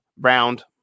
round